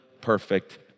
perfect